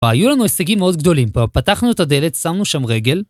והיו לנו הישגים מאוד גדולים, פתחנו את הדלת, שמנו שם רגל